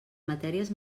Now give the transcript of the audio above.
matèries